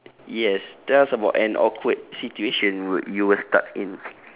yes tell us about an awkward situation would you were stuck in